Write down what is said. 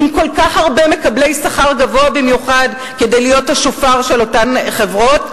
עם כל כך הרבה מקבלי שכר גבוה במיוחד כדי להיות השופר של אותן חברות,